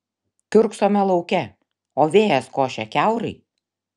kiurksome lauke o vėjas košia kiaurai